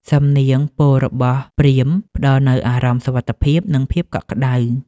សំនៀងពោលរបស់ព្រាហ្មណ៍ ផ្ដល់នូវអារម្មណ៍សុវត្ថិភាព និងភាពកក់ក្ដៅ។